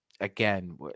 again